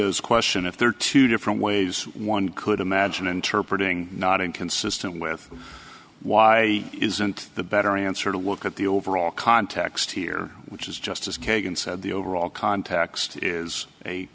is question if there are two different ways one could imagine interpret ing not inconsistent with why isn't the better answer to look at the overall context here which is justice kagan said the overall context is a